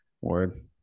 Word